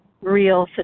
real